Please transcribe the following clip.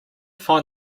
find